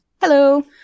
Hello